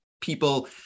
people